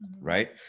right